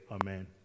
Amen